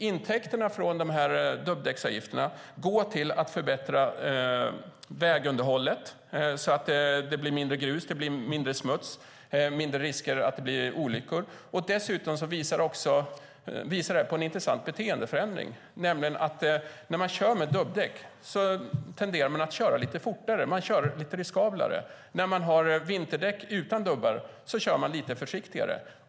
Intäkterna från dubbdäcksavgifterna går till att förbättra vägunderhållet, så att det blir mindre grus och smuts. Det blir mindre risker att det blir olyckor. Dessutom visar det här på en intressant beteendeförändring. När man kör med dubbdäck tenderar man att köra lite fortare. Man kör lite riskablare. När man har vinterdäck utan dubbar kör man lite försiktigare.